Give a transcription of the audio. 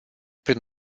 prin